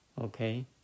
Okay